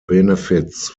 benefits